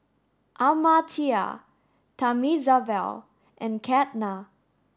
Amartya Thamizhavel and Ketna